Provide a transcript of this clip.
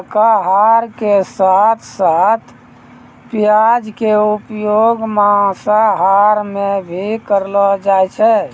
शाकाहार के साथं साथं प्याज के उपयोग मांसाहार मॅ भी करलो जाय छै